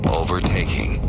overtaking